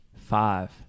five